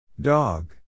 Dog